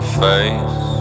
face